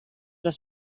das